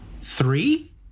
Three